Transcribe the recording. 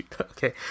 okay